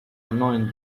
annoying